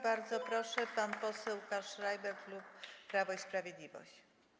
Bardzo proszę, pan poseł Łukasz Schreiber, klub Prawo i Sprawiedliwość.